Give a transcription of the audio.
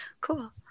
cool